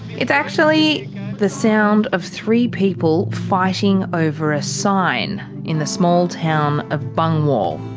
it's actually the sound of three people fighting over a sign in the small town of bungwahl.